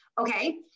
Okay